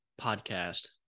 podcast